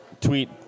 tweet